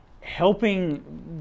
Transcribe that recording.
helping